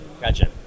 Gotcha